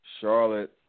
Charlotte